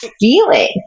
feeling